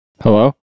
hello